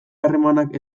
harremanak